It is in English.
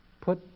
put